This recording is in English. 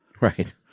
Right